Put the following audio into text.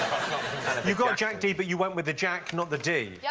you got jack dee, but you went with the jack, not the dee? yeah